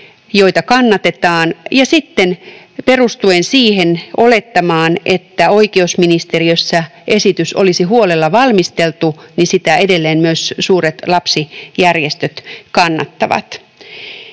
joita kannatetaan, ja sitten perustuen siihen olettamaan, että oikeusministeriössä esitys olisi huolella valmisteltu, sitä edelleen myös suuret lapsijärjestöt kannattavat.